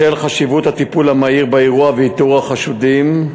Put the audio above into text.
בשל חשיבות הטיפול המהיר באירוע ואיתור החשודים,